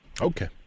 Okay